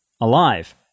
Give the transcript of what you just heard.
alive